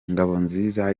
ngabonziza